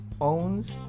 owns